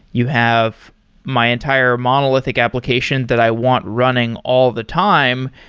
you have my entire monolithic application that i want running all the time.